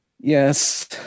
Yes